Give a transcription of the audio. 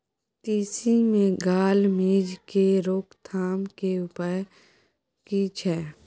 तिसी मे गाल मिज़ के रोकथाम के उपाय की छै?